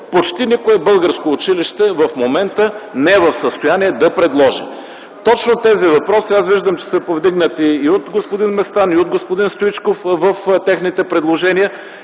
почти никое българско училище в момента не е в състояние да предложи. Точно тези въпроси, аз виждам, че са повдигнати от господин Местан и господин Стоичков в техните предложения.